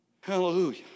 Hallelujah